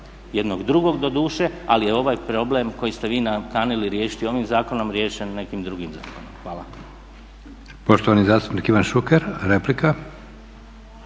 jednog drugog doduše. Ali ovaj problem koji ste vi nakanili riješiti ovim zakonom riješen je nekim drugim zakonom. Hvala.